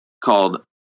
called